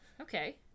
Okay